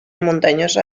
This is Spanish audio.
montañosa